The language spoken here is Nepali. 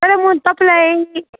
तर म तपाईँलाई